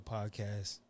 podcast